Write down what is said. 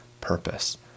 purpose